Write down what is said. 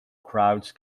crowds